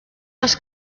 les